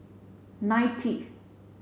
ninetieth